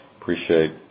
Appreciate